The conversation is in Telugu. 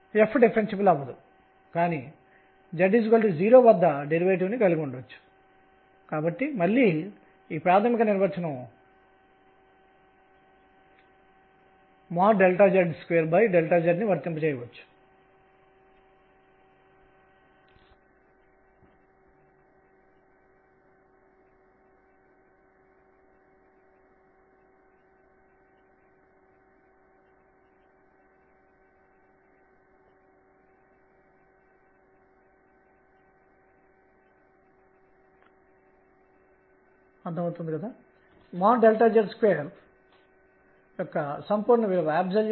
ఇప్పుడు సెంట్రల్ ఫీల్ మోషన్ కోసం ప్రధానంగా v అనేది 1r రూపంలో ఉన్నప్పుడు